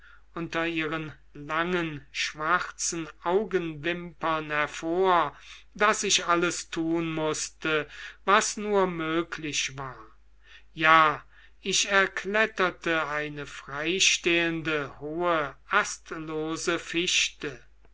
unter ihren langen schwarzen augenwimpern hervor daß ich alles tun mußte was nur möglich war ja ich erkletterte eine freistehende hohe astlose fichte